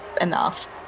enough